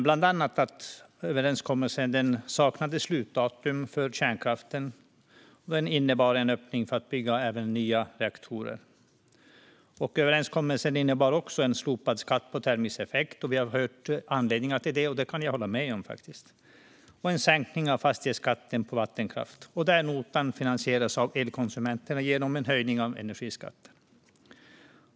Bland annat saknade överenskommelsen ett slutdatum för kärnkraften, och den innebar en öppning för att bygga nya reaktorer. Överenskommelsen innebar också en slopad skatt på termisk effekt - vi har hört anledningar till det, där kan jag hålla med - och en sänkning av fastighetsskatten för vattenkraftverk. Den notan finansieras av elkonsumenterna genom en höjning av energiskatten.